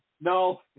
No